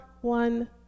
one